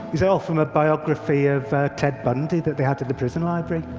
he said, oh, from a biography of ted bundy that they had at the prison library.